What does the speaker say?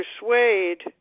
persuade